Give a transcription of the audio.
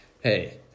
Hey